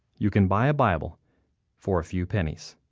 you can buy a bible for a few pennies,